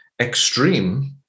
extreme